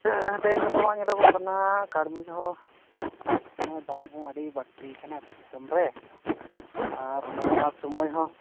ᱛᱮᱦᱮᱧ ᱜᱟᱯᱟ ᱢᱟ ᱧᱮᱞᱚᱜᱚᱜ ᱠᱟᱱᱟ ᱠᱟᱹᱲᱢᱤᱫᱦᱚᱸ ᱫᱟᱢᱦᱚᱸ ᱟᱹᱰᱤ ᱵᱟᱹᱲᱛᱤ ᱟᱠᱟᱱᱟ ᱟᱛᱳ ᱫᱤᱥᱚᱢᱨᱮ ᱟᱨ ᱚᱱᱟᱨᱮᱢᱟ ᱥᱚᱢᱚᱭᱦᱚᱸ